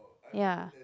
ya